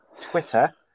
Twitter